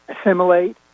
assimilate